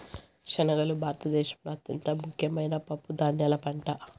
శనగలు భారత దేశంలో అత్యంత ముఖ్యమైన పప్పు ధాన్యాల పంట